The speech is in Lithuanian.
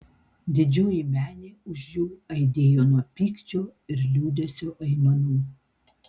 didžioji menė už jų aidėjo nuo pykčio ir liūdesio aimanų